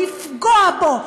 לפגוע בו,